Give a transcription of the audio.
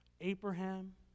Abraham